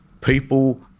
People